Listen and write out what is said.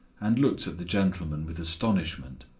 and looked at the gentleman with astonishment.